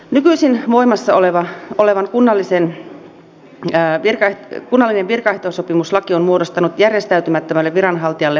nykyisin voimassa oleva kunnallinen virkaehtosopimuslaki on muodostanut järjestäytymättömälle viranhaltijalle valituskiellon